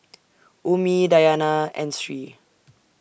Ummi Dayana and Sri